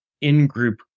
in-group